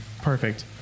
Perfect